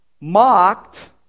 mocked